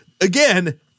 Again